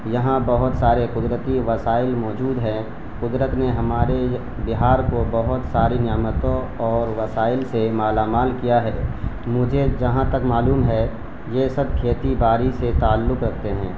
یہاں بہت سارے قدرتی وسائل موجود ہیں قدرت نے ہمارے بہار کو بہت ساری نعمتوں اور وسائل سے مالا مال کیا ہے مجھے جہاں تک معلوم ہے یہ سب کھیتی باڑی سے تعلق رکھتے ہیں